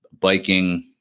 biking